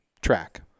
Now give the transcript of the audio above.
track